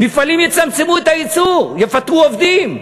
מפעלים יצמצמו את הייצור, יפטרו עובדים.